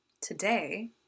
Today